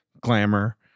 Glamour